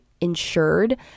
insured